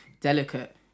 delicate